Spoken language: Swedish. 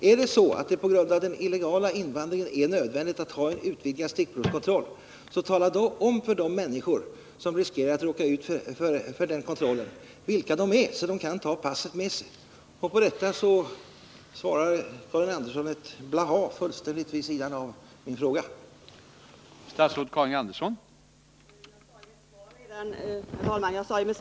Är det så att det på grund av den illegala invandringen är nödvändigt att ha en utvidgad stickprovskontroll, tala då om för människorna vilka det är som riskerar att råka ut för den kontrollen, så att de kan ta passet med sig! På det svarar Karin Andersson med ett blaha, fullständigt vid sidan om min fråga.